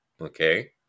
okay